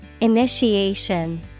Initiation